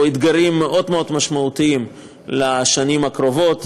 אתגרים מאוד מאוד משמעותיים לשנים הקרובות,